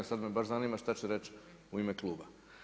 Sad me baš zanima šta će reći u ime kluba.